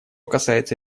касается